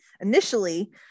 initially